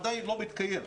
עדיין לא מתקיים.